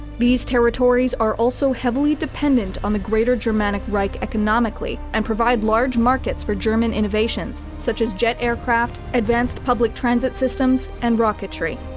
these territories are also heavily dependant on the greater germanic reich economically, and provide large markets for german innovations such as jet aircraft, advanced public transit systems and rocketry.